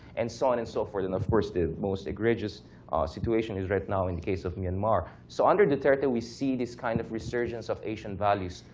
and so on and so forth. and of course the most egregious situation is right now in the case of myanmar. so under duterte we see this kind of resurgence of asian values,